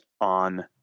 on